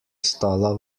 stala